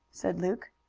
said luke.